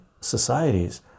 societies